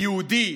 "יהודי",